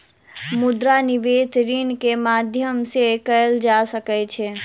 मुद्रा निवेश ऋण के माध्यम से कएल जा सकै छै